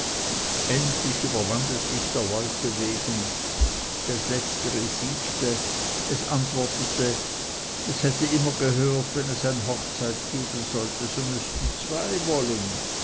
endlich überwand es sich der leute wegen das letztere siegte es antwortete es hätte immer gehört wenn es ein hochzeit geben sollte so müßten zwei wollen